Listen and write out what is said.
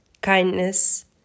kindness